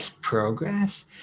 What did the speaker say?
progress